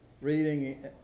reading